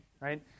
right